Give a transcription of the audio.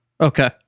Okay